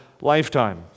lifetime